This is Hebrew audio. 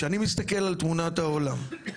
כשאני מסתכל על תמונת העולם,